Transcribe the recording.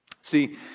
See